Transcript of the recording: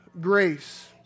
grace